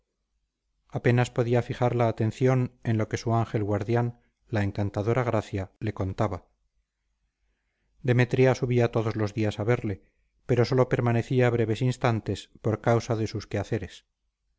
apenas podía fijar la atención en lo que su ángel guardián la encantadora gracia le contaba demetria subía todos los días a verle pero sólo permanecía breves instantes por causa de sus quehaceres